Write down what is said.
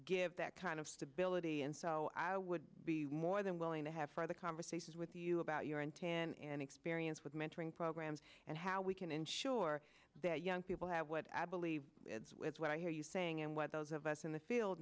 give that kind of stability and so i would be more than willing to have further conversations with you about your and can and experience with mentoring programs and how we can ensure that young people have what i believe what i hear you saying and what those of us in the field